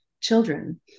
children